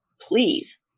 please